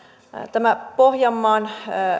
tämä pohjanmaan